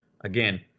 again